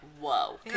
whoa